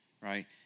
right